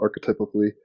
archetypically